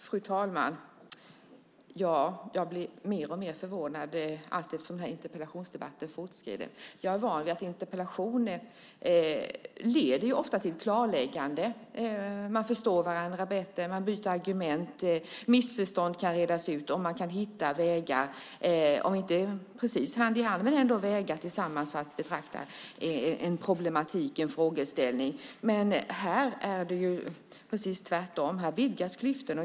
Fru talman! Jag blir mer och mer förvånad allteftersom den här interpellationsdebatten fortskrider. Jag är van vid att en interpellation ofta leder till ett klarläggande. Man förstår varandra bättre. Man byter argument. Missförstånd kan redas ut och man kan hitta vägar att tillsammans - även om det inte är precis hand i hand - betrakta en problematik eller frågeställning. Här är det ju precis tvärtom. Här vidgas klyftorna.